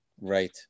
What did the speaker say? Right